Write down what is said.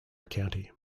county